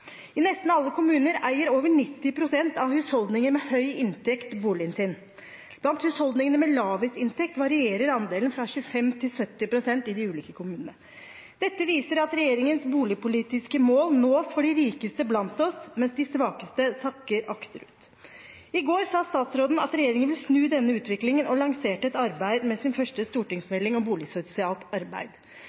I nesten alle kommuner eier over 90 pst. av husholdninger med høy inntekt boligen sin. Blant husholdningene med lavest inntekt varierer andelen fra 25 til 70 pst. i de ulike kommunene. Dette viser at regjeringens boligpolitiske mål nås for de rikeste blant oss, mens de svakeste sakker akterut. I går sa statsråden at regjeringen ville snu denne utviklingen og lansere et arbeid med sin første stortingsmelding om boligsosialt arbeid.